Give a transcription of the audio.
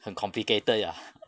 很 complicated ya